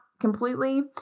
Completely